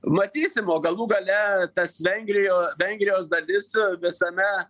matysim o galų gale tas vengrija vengrijos dalis visame